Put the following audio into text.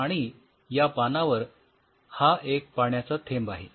आणि या पानावर हा एक पाण्याचा थेंब आहे